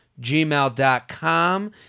Gmail.com